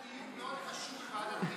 היה דיון מאוד חשוב בוועדת החינוך,